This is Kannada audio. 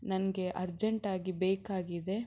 ನನಗೆ ಅರ್ಜೆಂಟಾಗಿ ಬೇಕಾಗಿದೆ